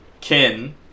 Kin